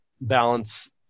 balance